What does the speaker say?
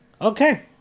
okay